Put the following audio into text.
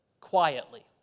quietly